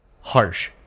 harsh